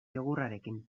jogurtarekin